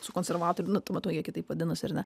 su konservatorium nu tuo metu jie kitaip vadinosi ar ne